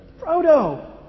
Frodo